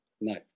No